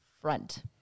front